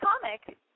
comic